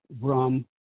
rum